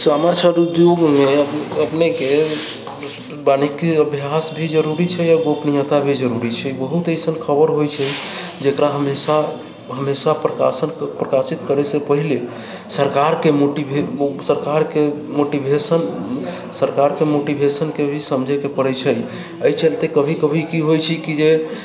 समाचार उद्योगमे अपनेके वाणीके अभ्यास भी जरूरी छै आओर गोपनीयता भी जरूरी छै बहुत अइसन खबर होइत छै जेकरा हमेशा प्रकाशन प्रकाशित करै से पहिले सरकारके मोटिवेट सरकारके मोटिवेशन के भी समझेके पड़ैत छै एहि चलते कभी कभी की होइत छै कि जे